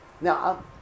Now